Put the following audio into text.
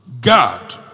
God